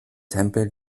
tempel